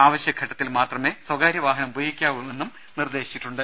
അവശ്യഘട്ടത്തിൽ മാത്രമേ സ്വകാര്യ വാഹനം ഉപയോഗിക്കാവൂവെന്നും നിർദ്ദേശിച്ചിട്ടുണ്ട്